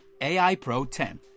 AIPRO10